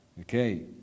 Okay